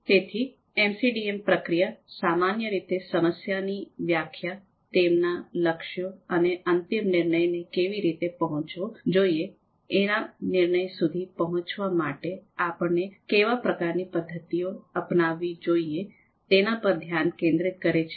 તેથી એમસીડીએમ પ્રક્રિયા સામાન્ય રીતે સમસ્યાની વ્યાખ્યા તેમના લક્ષ્યો અને અંતિમ નિર્ણય ને કેવી રીતે પહોંચવો જોઈએ અને નિર્ણય સુધી પહોંચવા માટે આપણે કેવા પ્રકારની પદ્ધતિ અપનાવી જોઈએ તેના પર ધ્યાન કેન્દ્રિત કરે છે